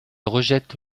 rejette